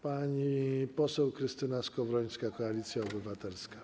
Pani poseł Krystyna Skowrońska, Koalicja Obywatelska.